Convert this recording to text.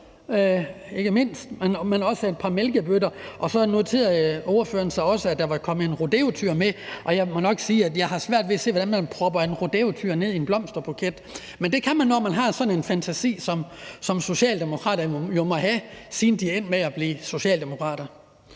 også et par mælkebøtter, og ordføreren noterede sig så også, at der var kommet en rodeotyr med. Jeg må nok sige, at jeg har svært ved at se, hvordan man propper en rodeotyr ned i en blomsterbuket, men det kan man, når man har sådan en fantasi, som Socialdemokraterne jo må have, siden de er endt med at blive socialdemokrater.